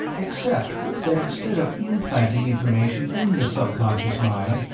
except that instead of implanting information in the subconscious mind,